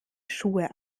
schuhe